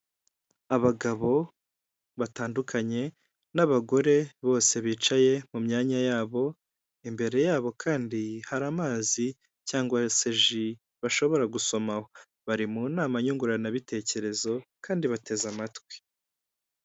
Abagabo batandukanye n'abagore bose bicaye mu myanya yabo, imbere yabo kandi hari amazi cyangwa se ji bashobora gusomaho, bari mu nama nyunguranabitekerezo kandi bateze amatwi.